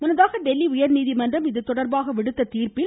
முன்னதாக டெல்லி உயர்நீதிமன்றம் இது தொடர்பாக விடுத்த தீர்ப்பில்